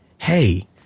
hey